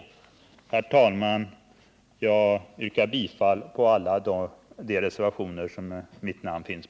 Herr talman! Jag yrkar bifall till alla de reservationer som mitt namn finns